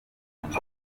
umunsi